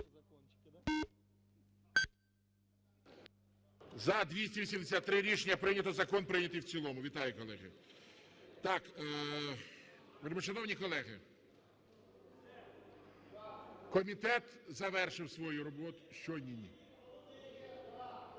За-283 Рішення прийнято. Закон прийнятий в цілому. Вітаю, колеги. Так, вельмишановні колеги, комітет завершив свою роботу… Що ні,